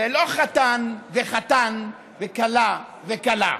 ולא חתן וחתן וכלה וכלה.